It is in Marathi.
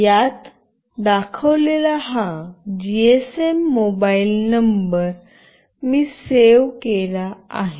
यात दाखवलेला हा जीएसएम मोबाइल नंबर मी सेव्ह केला आहे